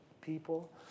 people